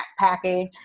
backpacking